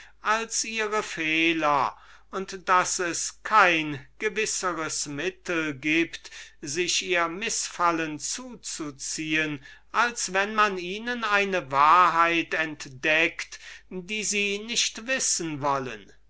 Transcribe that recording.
als ihre fehler und daß es kein gewisseres mittel gibt sich ihren abscheu zuzuziehen als wenn man ihnen eine wahrheit entdeckt die sie nicht wissen wollen